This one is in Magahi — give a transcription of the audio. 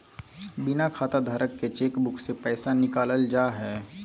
बिना खाताधारक के चेकबुक से पैसा निकालल जा हइ